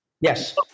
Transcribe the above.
Yes